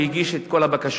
הוא הגיש את כל הבקשות,